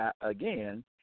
again